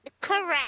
correct